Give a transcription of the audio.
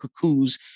cuckoos